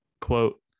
quote